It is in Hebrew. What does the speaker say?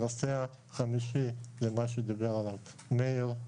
הנושא החמישי הוא זה שדיבר עליו מאיר.